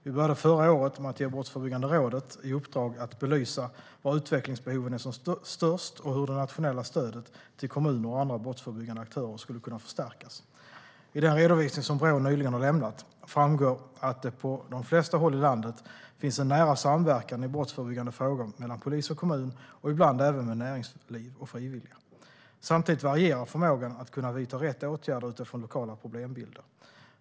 Vi började förra året med att ge Brottsförebyggande rådet i uppdrag att belysa var utvecklingsbehoven är som störst och hur det nationella stödet till kommuner och andra brottsförebyggande aktörer skulle kunna förstärkas. I den redovisning som Brå nyligen har lämnat framgår att det på de flesta håll i landet finns en nära samverkan i brottsförebyggande frågor mellan polis och kommun och ibland även med näringsliv och frivilliga. Samtidigt varierar förmågan att vidta rätt åtgärder utifrån lokala problembilder.